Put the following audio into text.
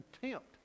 contempt